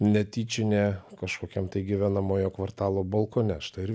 netyčinė kažkokiam tai gyvenamojo kvartalo balkone štai ir